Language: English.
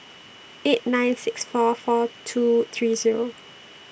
eight nine six four four two three Zero